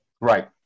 Right